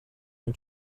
not